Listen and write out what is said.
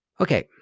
Okay